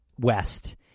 west